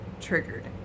triggered